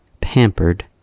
pampered